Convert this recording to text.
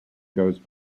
goes